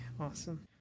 awesome